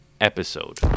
episode